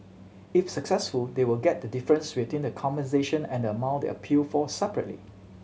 if successful they will get the difference between the compensation and the amount they appeal for separately